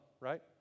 right